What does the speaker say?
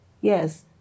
Yes